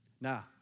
Now